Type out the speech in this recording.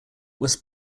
west